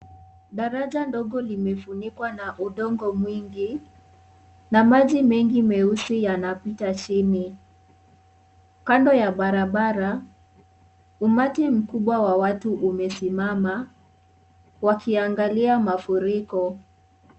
Daraja ndogo limefunikwa na udongo mwingi na maji mengi meusi yanapita chini . Kando ya barabara umati mkubwa wa watu umesimama wakiangalia mafuriko.